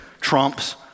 trumps